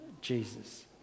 Jesus